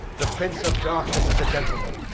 the prince of darkness is a gentleman!